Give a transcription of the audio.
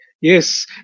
Yes